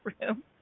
room